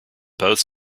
both